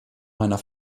meiner